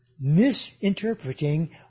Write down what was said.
misinterpreting